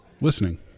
listening